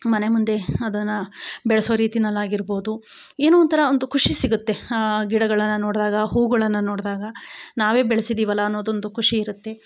ಮನೆ ಮುಂದೆ ಅದನ್ನ ಬೆಳೆಸೋ ರೀತಿನಲ್ಲಿ ಆಗಿರ್ಬೋದು ಏನೊ ಒಂಥರ ಒಂದು ಖುಷಿ ಸಿಗುತ್ತೆ ಆ ಗಿಡಗಳನ್ನು ನೋಡಿದಾಗ ಹೂವುಗಳನ್ನ ನೋಡಿದಾಗ ನಾವೇ ಬೆಳಿಸಿದಿವಲ್ಲ ಅನ್ನೋದೊಂದು ಖುಷಿಯಿರತ್ತೆ